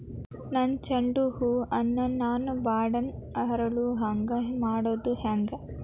ನನ್ನ ಚಂಡ ಹೂ ಅನ್ನ ನಾನು ಬಡಾನ್ ಅರಳು ಹಾಂಗ ಮಾಡೋದು ಹ್ಯಾಂಗ್?